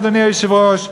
אדוני היושב-ראש,